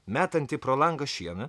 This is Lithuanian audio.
metantį pro langą šieną